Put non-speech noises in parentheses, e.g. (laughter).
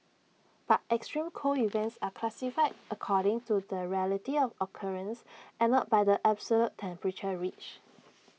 but extreme cold events are classified according to the rarity of occurrence and not by the absolute temperature reached (noise)